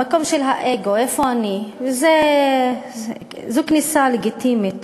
המקום של האגו, איפה אני, וזו כניסה לגיטימית.